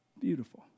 Beautiful